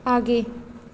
आगे